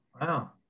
wow